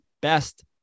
best